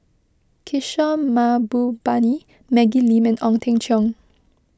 Kishore Mahbubani Maggie Lim and Ong Teng Cheong